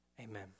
Amen